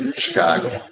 chicago.